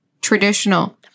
traditional